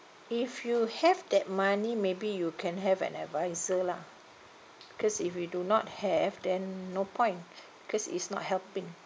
if you have that money maybe you can have an adviser lah because if you do not have then no point because it's not helping